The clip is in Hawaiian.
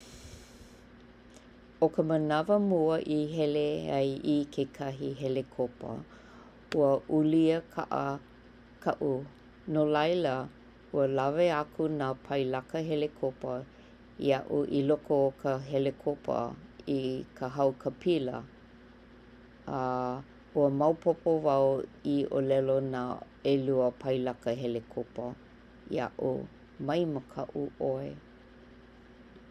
ʻO ka manawa mua i hele ai i kekahi helekopa, ua ulia kaʻa kaʻu nolaila Ua lawe aku nā pailaka helekopa iaʻu i loko o ka helekopa i ka haokapila A ua maopopo wau iʻōlelo nā ʻelua pailaka helekopa iaʻu, "Mai makaʻu ʻoe".